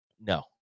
No